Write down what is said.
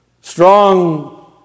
strong